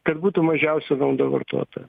kad būtų mažiausia nauda vartotojam